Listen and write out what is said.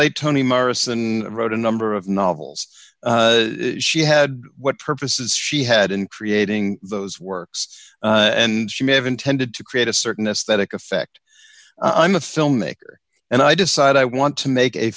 late tony morrison wrote a number of novels she had what purpose is she had in creating those works and she may have intended to create a certain aesthetic effect i'm a filmmaker and i decide i want to make a